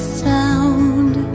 sound